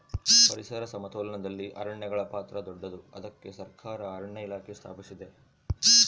ಪರಿಸರ ಸಮತೋಲನದಲ್ಲಿ ಅರಣ್ಯಗಳ ಪಾತ್ರ ದೊಡ್ಡದು, ಅದಕ್ಕೆ ಸರಕಾರ ಅರಣ್ಯ ಇಲಾಖೆ ಸ್ಥಾಪಿಸಿದೆ